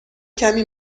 کمی